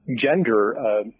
gender